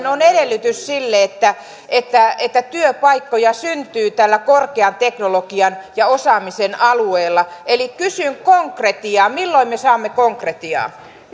on edellytys sille että että työpaikkoja syntyy tällä korkean teknologian ja osaamisen alueella eli kysyn konkretiaa milloin me saamme konkretiaa